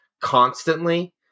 constantly